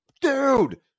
Dude